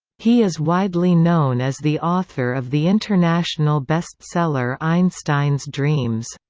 he is widely known as the author of the international bestseller einstein's dreams.